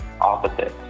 opposite